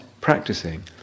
practicing